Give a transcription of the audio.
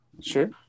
Sure